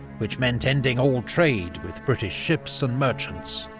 which meant ending all trade with british ships and merchants.